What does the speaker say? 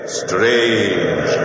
strange